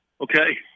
Okay